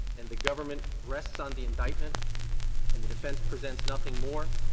and the government rests on the indictment and the defense presents nothing more,